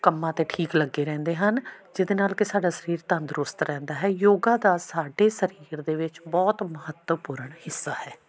ਕੰਮਾਂ 'ਤੇ ਠੀਕ ਲੱਗੇ ਰਹਿੰਦੇ ਹਨ ਜਿਹਦੇ ਨਾਲ ਕਿ ਸਾਡਾ ਸਰੀਰ ਤੰਦਰੁਸਤ ਰਹਿੰਦਾ ਹੈ ਯੋਗਾ ਦਾ ਸਾਡੇ ਸਰੀਰ ਦੇ ਵਿੱਚ ਬਹੁਤ ਮਹੱਤਵਪੂਰਨ ਹਿੱਸਾ ਹੈ